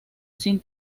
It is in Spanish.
sin